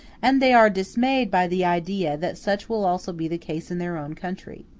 and they are dismayed by the idea that such will also be the case in their own country.